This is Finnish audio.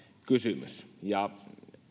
kysymys ja